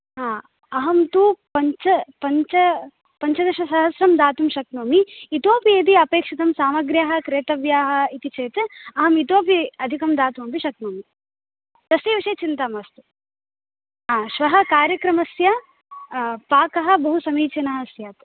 हा अहं तु पञ्च पञ्च पञ्चदशसहस्रं दातुं शक्नोमि इतोपि यदि अपेक्षितं सामग्र्याः क्रेतव्याः इति चेत् अहमितोपि अधिकं दातुमपि शक्नोमि तस्य विषये चिन्ता मास्तु हा श्वः कार्यक्रमस्य पाकः बहु समीचिनः स्यात्